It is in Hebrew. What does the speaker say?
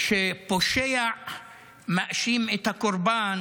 כשפושע מאשים את הקורבן,